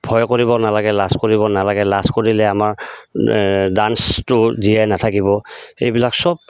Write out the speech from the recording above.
ভয় কৰিব নালাগে লাজ কৰিব নালাগে লাজ কৰিলে আমাৰ ডান্সটো জীয়াই নাথাকিব সেইবিলাক চব